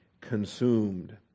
consumed